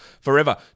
forever